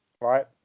right